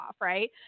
right